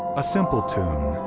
a simple tune,